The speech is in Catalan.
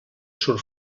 surt